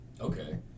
okay